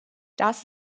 das